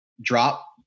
Drop